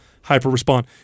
hyper-respond